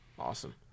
Awesome